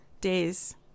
days